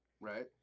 Right